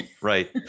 Right